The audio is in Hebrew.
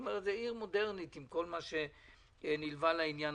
כלומר זו עיר מודרנית עם כל מה שנלווה לזה.